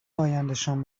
آیندهشان